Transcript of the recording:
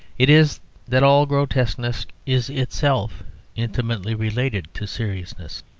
it is that all grotesqueness is itself intimately related to seriousness.